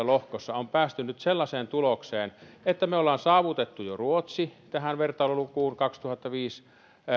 lohkossa on päästy nyt sellaiseen tulokseen että me olemme saavuttaneet jo ruotsin tähän vuoden kaksituhattaviisi vertailulukuun